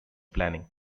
planning